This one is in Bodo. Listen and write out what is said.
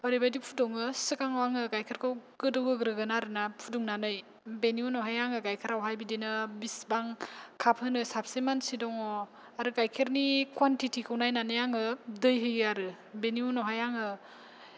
ओरैबायदि फुदुङो सिगांङाव आङो गायखेरखौ गोदौ होग्रोगोन आरोना फुदुंनानै बेनि उनावहाय आङो गायखेरावहाय बिदिनो बिसिबां काप होनो साफसे मानसि दङ आरो गायखेरनि कवानथिथिखौ नायनानै आङो दै होयो आरो बिनि उनावहाय आङो